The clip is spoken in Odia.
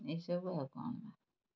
ଏହିସବୁ ଆଉ କ'ଣ ନା